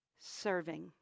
Serving